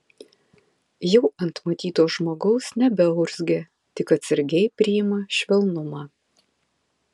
jau ant matyto žmogaus nebeurzgia tik atsargiai priima švelnumą